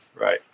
Right